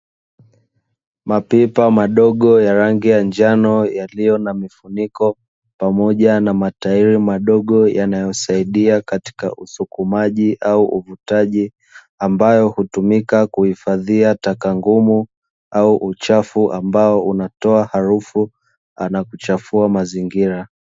Mapipa madogo ya rangi ya njano, yaliyo na mifuniko pamoja na matairi madogo yanayosaidia katika usukumaji au uvutaji, ambayo hutumika kuhifadhia taka ngumu au uchafu ambao unatoa harufu na kuchafua mazingira.